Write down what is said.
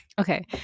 Okay